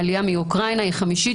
העלייה מאוקראינה היא כחמישית,